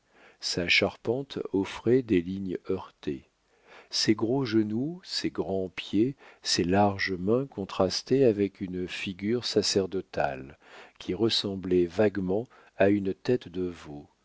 sa charpente offrait des lignes heurtées ses gros genoux ses grands pieds ses larges mains contrastaient avec une figure sacerdotale qui ressemblait vaguement à une tête de veau